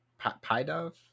Pidove